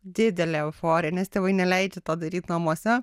didelė euforija nes tėvai neleidžia to daryt namuose